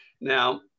Now